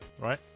right